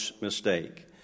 mistake